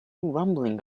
rambling